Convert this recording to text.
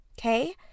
Okay